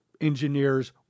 engineers